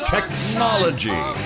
Technology